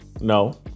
No